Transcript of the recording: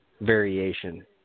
variation